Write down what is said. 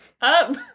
up